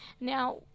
Now